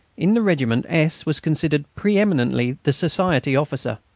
in the regiment, s. was considered preeminently the society officer.